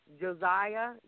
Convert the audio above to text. Josiah